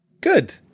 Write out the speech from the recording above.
Good